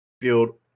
build